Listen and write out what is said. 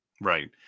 Right